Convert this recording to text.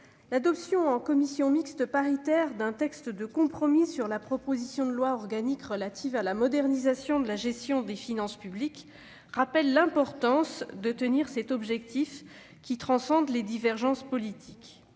L'adoption en commission mixte paritaire d'un texte de compromis sur la proposition de loi organique relative à la modernisation de la gestion des finances publiques rappelle l'importance de tenir cet objectif, qui transcende les divergences politiques.